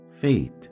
fate